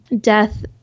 death